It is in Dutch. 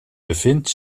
bevindt